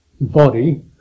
body